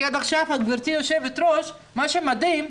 עד עכשיו, גברתי יושבת הראש, מה שמדהים,